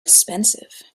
expensive